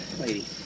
lady